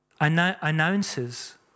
announces